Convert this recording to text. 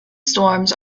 storms